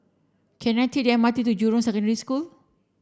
can I take the M R T to Jurong Secondary School